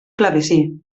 clavecí